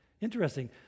Interesting